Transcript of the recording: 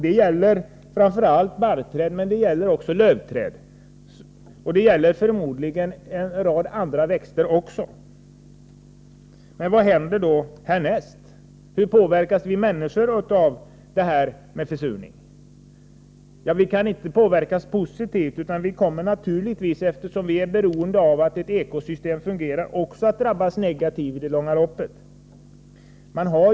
Det gäller framför allt barrträden men också lövträden. Och det gäller förmodligen en rad andra växter också. Vad händer då härnäst? Hur påverkas vi människor av försurningen? Ja, vi kan inte påverkas positivt, utan eftersom vi är beroende av att ett ekosystem fungerar, kommer vi naturligtvis att drabbas negativt i det långa loppet.